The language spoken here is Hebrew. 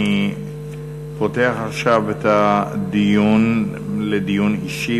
אני פותח עכשיו את הדיון לדיון אישי,